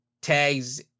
tags